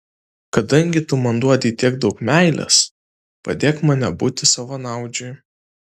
kadangi tu man duodi tiek daug meilės padėk man nebūti savanaudžiui